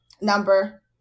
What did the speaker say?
number